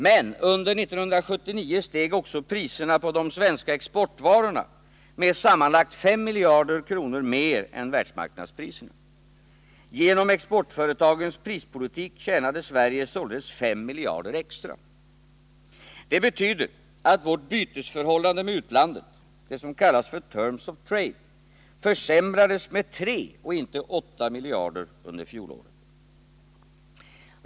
Men under 1979 steg också priserna på de svenska exportvarorna med sammanlagt 5 miljarder kronor mer än världsmarknadspriserna. Genom exportföretagens prispolitik tjänade Sverige således 5 miljarder extra. Det betyder att vårt bytesförhållande med utlandet, de s.k. terms of trade, försämrades med 3 och inte 8 miljarder under fjolåret.